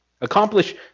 Accomplish